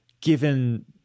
given